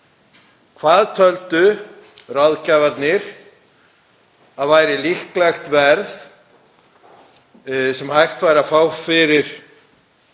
Hvað töldu ráðgjafarnir að væri líklegt verð sem hægt væri að fá fyrir